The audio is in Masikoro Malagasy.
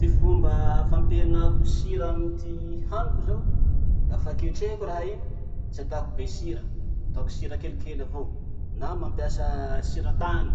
Ty fomba fampihenako sira amy ty haniko zao: lafa ketrehiko raha iny, tsy ataoko be sira, ataoko kelikely avao, na mampiasa siratany.